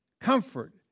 comfort